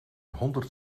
honderd